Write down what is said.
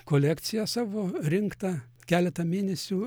kolekciją savo rinktą keletą mėnesių